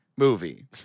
Movie